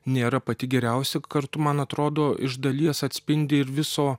nėra pati geriausia kartu man atrodo iš dalies atspindi ir viso